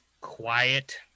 quiet